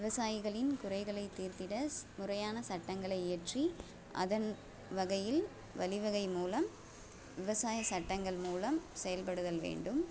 விவசாயிகளின் குறைகளை தீர்த்திட ஸ் முறையான சட்டங்களை ஏற்றி அதன் வகையில் வழிவகை மூலம் விவசாய சட்டங்கள் மூலம் செயல்படுதல் வேண்டும்